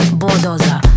bulldozer